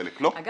חלק לא -- אגב,